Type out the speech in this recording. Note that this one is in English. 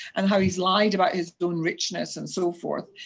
and how he has lied about his own richness and so forth.